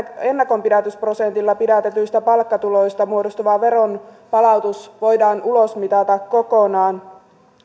ennakonpidätysprosentilla pidätetyistä palkkatuloista muodostuva veronpalautus voidaan ulosmitata kokonaan